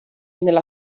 nella